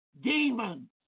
demons